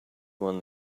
one